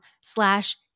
slash